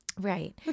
Right